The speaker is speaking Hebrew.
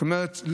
זאת אומרת,